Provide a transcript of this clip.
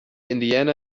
indiana